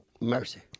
Mercy